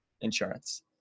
insurance